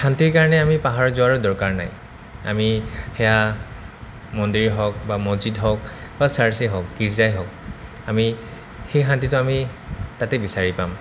শান্তিৰ কাৰণে আমি পাহাৰত যোৱাৰ দৰকাৰ নাই আমি সেয়া মন্দিৰ হওক বা মছজিদ হওক বা চাৰ্চেই হওক গিৰ্জাই হওক আমি সেই শান্তিটো আমি তাতে বিচাৰি পাম